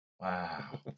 Wow